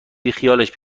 بیخیالش